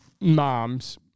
moms